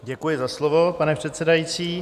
Děkuji za slovo, pane předsedající.